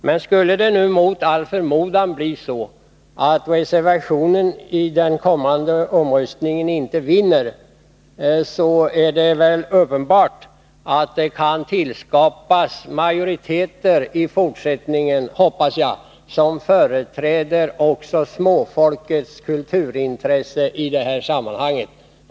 Men skulle det mot all förmodan bli så, att reservationen i den kommande omröstningen inte vinner, hoppas jag att det — och detta är rätt uppenbart — i fortsättningen kan tillskapas majoriteter som företräder också småfolkets kulturintresse i det här sammanhanget.